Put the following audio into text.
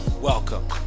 Welcome